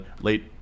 late